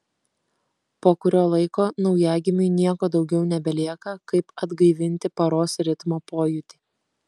po kurio laiko naujagimiui nieko daugiau nebelieka kaip atgaivinti paros ritmo pojūtį